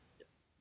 Yes